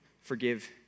forgive